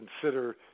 consider